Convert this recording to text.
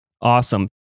Awesome